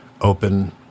open